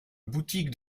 boutique